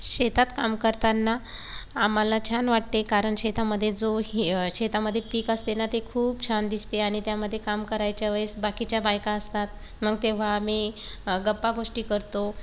शेतात काम करताना आम्हाला छान वाटते कारण शेतामध्ये जो ही शेतामध्ये पीक असते ना ते खूप छान दिसते आणि त्यामध्ये काम करायच्या वेळेस बाकीच्या बायका असतात मग तेव्हा आम्ही गप्पागोष्टी करतो